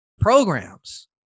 programs